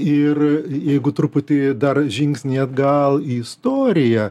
ir jeigu truputį dar žingsnį atgal į istoriją